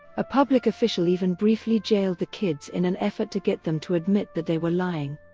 a public official even briefly jailed the kids in an effort to get them to admit that they were lying.